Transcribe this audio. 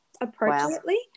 appropriately